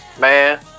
man